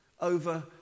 over